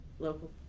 local